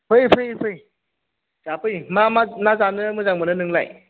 फै फै फै जाफै मा मा ना जानो मोजां मोनो नोंलाय